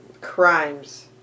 crimes